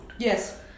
Yes